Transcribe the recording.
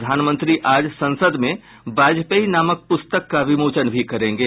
प्रधानमंत्री आज संसद में वाजपेयी नामक प्रस्तक का विमोचन भी करेंगे